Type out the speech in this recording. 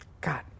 God